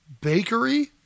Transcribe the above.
Bakery